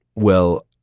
well,